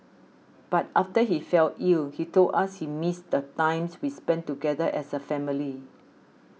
but after he fell ill he told us he missed the times we spent together as a family